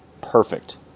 Perfect